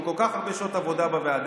עם כל כך הרבה שעות עבודה בוועדה.